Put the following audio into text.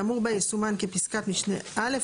- האמור בה יסומן כפסקת משנה (א),